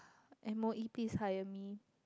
and more eat this hire me